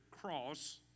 cross